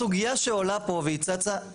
הסוגיה שעולה פה והיא צצה,